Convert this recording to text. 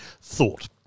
thought